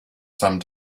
some